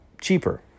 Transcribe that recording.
cheaper